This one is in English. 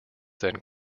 then